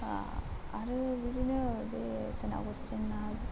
आरो बिदिनो बे सेन्ट आग'स्टिन आ